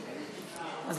לא